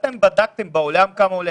אתם בדקתם בעולם כמה זה עולה?